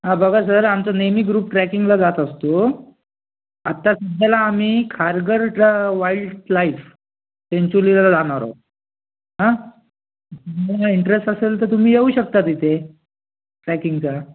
हां बघा सर आमचा नेहमी ग्रुप ट्रॅकिंगला जात असतो आत्ता तुम्हाला आम्ही खारघर वाईल्ड लाईफ चिंचोलीला जाणार आहोत तुम्हाला इंटरेस्ट असेल तर तुम्ही येऊ शकता तिथे ट्रॅकिंगचा